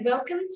Welcome